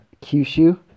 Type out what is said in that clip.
Kyushu